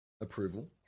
Approval